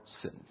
sins